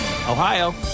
Ohio